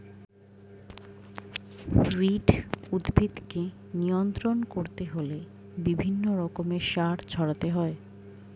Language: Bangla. উইড উদ্ভিদকে নিয়ন্ত্রণ করতে হলে বিভিন্ন রকমের সার ছড়াতে হয়